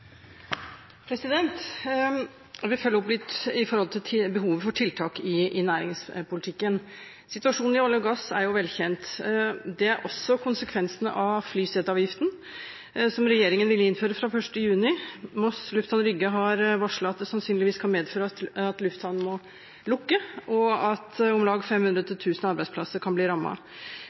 Johansen. Jeg vil følge opp litt i forhold til behovet for tiltak i næringspolitikken. Situasjonen i olje- og gassektoren er jo velkjent. Det er også konsekvensene av flyseteavgiften, som regjeringen vil innføre fra 1. juni. Moss Lufthavn Rygge har varslet at det sannsynligvis kan medføre at lufthavnen må stenge, og at om lag 500–1 000 arbeidsplasser kan bli